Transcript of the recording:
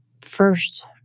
first